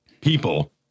people